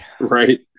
right